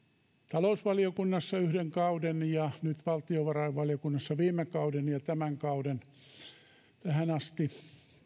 talousvaliokunnassa yhden kauden ja nyt valtiovarainvaliokunnassa viime kauden ja tämän kauden tähän asti